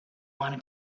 wanna